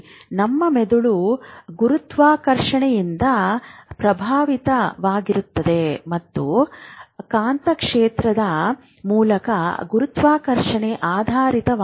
ನಮ್ಮ ಮೆದುಳು ಗುರುತ್ವಾಕರ್ಷಣೆಯಿಂದ ಪ್ರಭಾವಿತವಾಗಿರುತ್ತದೆ ಮತ್ತು ಕಾಂತಕ್ಷೇತ್ರದ ಮೂಲಕ ಗುರುತ್ವಾಕರ್ಷಣೆಗೆ ಆಧಾರಿತವಾಗಿದೆ